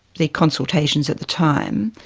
the consultations at the time,